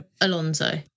Alonso